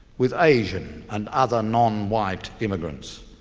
with asian and other non-white immigrants,